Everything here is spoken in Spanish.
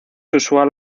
usual